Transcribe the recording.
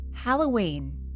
Halloween